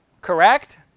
Correct